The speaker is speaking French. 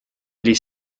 les